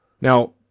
Now